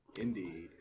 Indeed